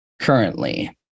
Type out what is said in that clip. currently